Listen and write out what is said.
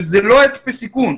שזה לא אפס סיכון,